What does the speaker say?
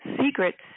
secrets